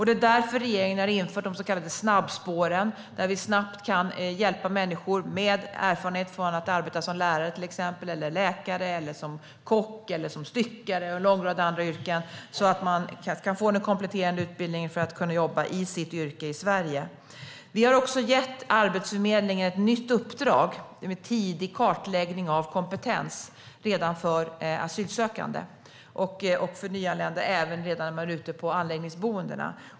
Det är därför regeringen har infört de så kallade snabbspåren där vi snabbt kan hjälpa människor med erfarenhet av att arbeta som till exempel lärare, läkare, kock, styckare och en lång rad andra yrken så att man kan få en kompletterande utbildning för att kunna jobba i sitt yrke i Sverige. Vi har också gett Arbetsförmedlingen ett nytt uppdrag med tidig kartläggning av kompetens för asylsökande och för nyanlända även redan ute på anläggningsboendena.